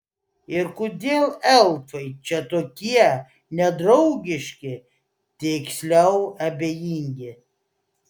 ir kodėl elfai čia tokie nedraugiški tiksliau abejingi